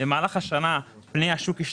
במהלך השנה השתנו פני השוק.